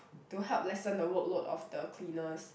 to help lessen the workload of the cleaners